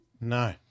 No